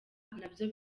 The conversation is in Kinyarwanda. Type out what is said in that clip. nabyo